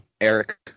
Eric